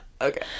Okay